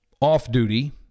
off-duty